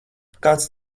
kāds